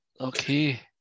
Okay